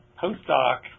postdoc